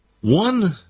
One